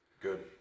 Good